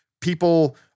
people